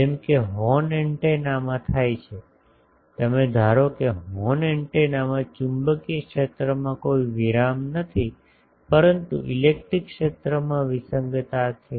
જેમ કે horn antenna માં થાય છે તેમ ધારો કે હોર્ન એન્ટેનામાં ચુંબકીય ક્ષેત્રમાં કોઈ વિરામ નથી પરંતુ ઇલેક્ટ્રિક ક્ષેત્રમાં વિસંગતતા છે